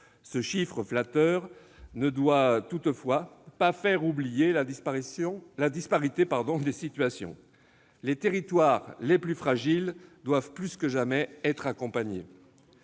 Ce chiffre flatteur ne doit toutefois pas faire oublier la disparité des situations. Les territoires les plus fragiles doivent, plus que jamais, être accompagnés.